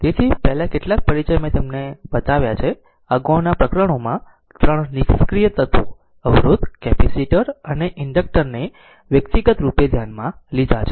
તેથી પહેલા કેટલાક પરિચય મેં તેના માટે બનાવ્યા છે અગાઉના પ્રકરણોમાં 3 નિષ્ક્રિય તત્વો અવરોધ કેપેસિટર અને ઇન્ડક્ટર ને વ્યક્તિગત રૂપે ધ્યાનમાં લીધા છે